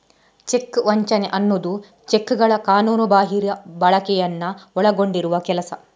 check ವಂಚನೆ ಅನ್ನುದು ಚೆಕ್ಗಳ ಕಾನೂನುಬಾಹಿರ ಬಳಕೆಯನ್ನ ಒಳಗೊಂಡಿರುವ ಕೆಲಸ